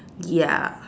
ya